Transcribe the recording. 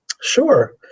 Sure